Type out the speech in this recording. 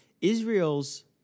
Israel's